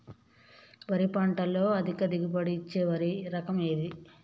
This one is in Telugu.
వరి పంట లో అధిక దిగుబడి ఇచ్చే వరి రకం ఏది?